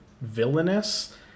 villainous